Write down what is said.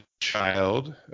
child